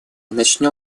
начнем